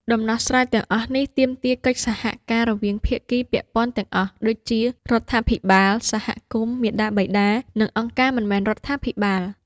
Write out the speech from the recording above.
ដំណោះស្រាយទាំងអស់នេះទាមទារកិច្ចសហការរវាងភាគីពាក់ព័ន្ធទាំងអស់ដូចជា រដ្ឋាភិបាល សហគមន៍ មាតាបិតា និងអង្គការមិនមែនរដ្ឋាភិបាល។